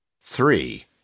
three